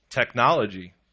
technology